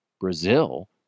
Brazil